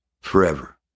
forever